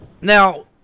Now